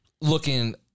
looking